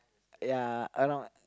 ya a lot